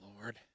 Lord